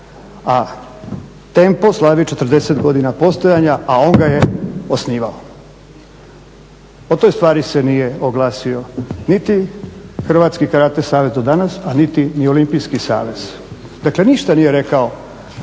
A Tempo slavi 40 godina postojanja a on ga je osnivao. O toj stvari se nije oglasio niti Hrvatski karate savez do danas a niti ni Olimpijski savez. Dakle, ništa nije rekao